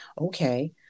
Okay